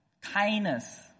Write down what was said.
kindness